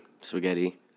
Spaghetti